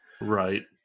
Right